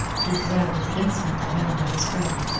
he glared with insolent command at his friend,